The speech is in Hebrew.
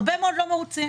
הרבה מאוד לא מרוצים.